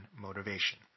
motivation